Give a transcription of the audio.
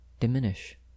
Diminish